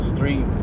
three